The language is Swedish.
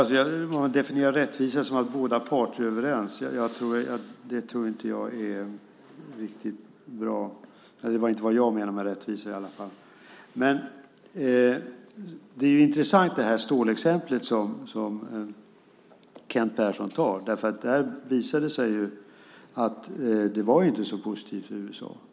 Fru talman! Att definiera rättvisa som att båda parter är överens tror inte jag är riktigt bra. Det är i alla fall inte vad jag menar med rättvisa. Stålexemplet, som Kent Persson tar, är intressant. Det visade sig ju att det inte var så positivt för USA.